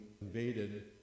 invaded